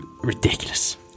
ridiculous